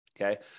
Okay